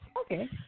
Okay